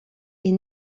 est